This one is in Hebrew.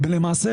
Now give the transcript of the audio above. למעשה,